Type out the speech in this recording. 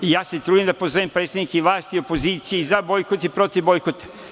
Ja se trudim da pozovem predstavnike i vlasti i opozicije i za bojkot i protiv bojkota.